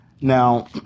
Now